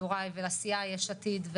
יוראי ולסיעה יש עתיד,